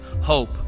hope